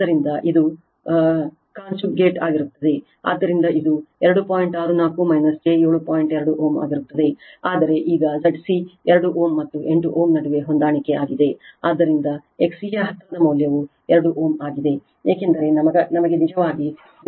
ಆದ್ದರಿಂದ XC ಯ ಹತ್ತಿರದ ಮೌಲ್ಯವು 2 Ω ಆಗಿದೆ ಏಕೆಂದರೆ ನಮಗೆ ನಿಜವಾಗಿ 0